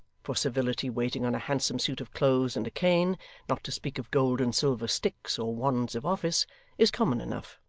for servility waiting on a handsome suit of clothes and a cane not to speak of gold and silver sticks, or wands of office is common enough.